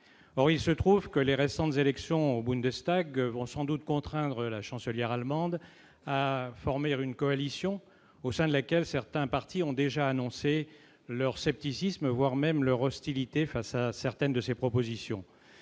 Or il se trouve que les récentes élections au Bundestag vont sans doute contraindre la Chancelière allemande à former une coalition au sein de laquelle certains partis ont déjà annoncé leur scepticisme, voire leur hostilité, face à certaines de ces propositions.